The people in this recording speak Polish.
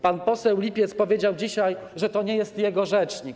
Pan poseł Lipiec powiedział dzisiaj, że to nie jest jego rzecznik.